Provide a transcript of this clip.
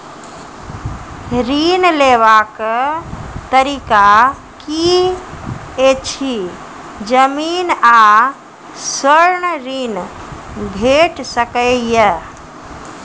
ऋण लेवाक तरीका की ऐछि? जमीन आ स्वर्ण ऋण भेट सकै ये?